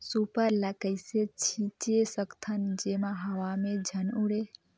Super ल कइसे छीचे सकथन जेमा हवा मे झन उड़े?